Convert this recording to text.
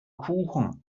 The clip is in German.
kuchen